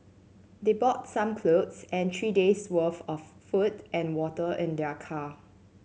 they brought some clothes and three days' worth of food and water in their car